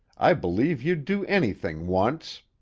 i believe you'd do anything once!